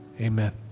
Amen